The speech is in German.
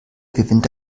gewinnt